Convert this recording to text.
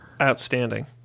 Outstanding